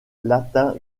latin